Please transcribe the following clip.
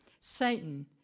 Satan